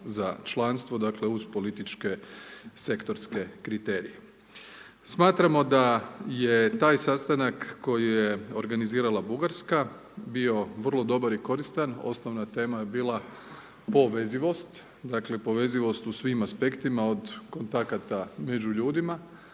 za članstvo, dakle, uz političke, sektorske kriterije. Smatramo da je taj sastanak koji je organizirala Bugarska bio vrlo dobar i koristan, osnovna tema je bila povezanost. Dakle, povezanost u svim aspektima, od kontakata među ljudima,